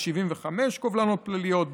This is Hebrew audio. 75 קובלנות פליליות,